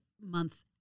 month